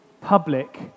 public